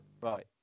Right